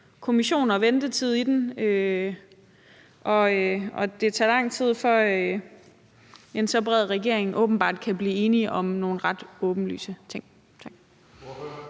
kommission og ventetid i den, og det tager lang tid for en så bred regering åbenbart at blive enige om nogle ret åbenlyse ting.